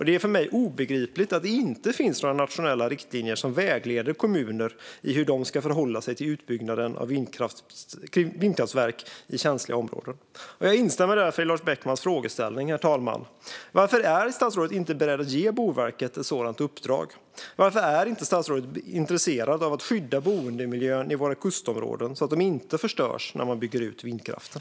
Det är för mig obegripligt att det inte finns nationella riktlinjer som vägleder kommuner i hur de ska förhålla sig till utbyggnad av vindkraftverk i känsliga områden. Herr talman! Jag instämmer därför i Lars Beckmans frågeställning. Varför är statsrådet inte beredd att ge Boverket ett sådant uppdrag? Varför är statsrådet inte intresserad av att skydda boendemiljön i våra kustområden så att den inte förstörs när man bygger ut vindkraften?